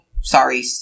sorry